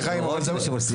מאוד חשוב לסיעה.